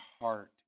heart